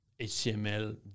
HTML